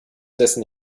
dessen